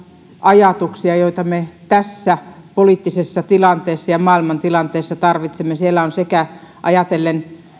ajatuksia joita me tässä poliittisessa tilanteessa ja maailmantilanteessa tarvitsemme ajatellen sekä